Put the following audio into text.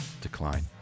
decline